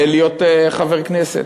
להיות חבר כנסת.